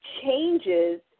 changes